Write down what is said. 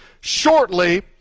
shortly